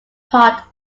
part